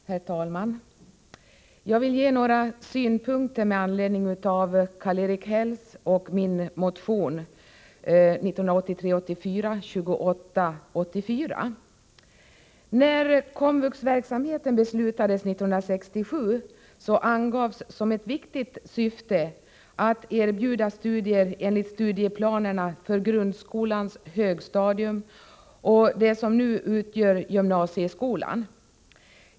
Herr talman! Jag skall lämna några synpunkter med anledning av Karl-Erik Hälls och min motion 1983/84:2884. När komvuxverksamheten beslutades 1967 angavs som ett viktigt syfte att erbjuda studier enligt studieplanerna för grundskolans högstadium och det som nu utgör gymnasieskolan.